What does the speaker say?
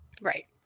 Right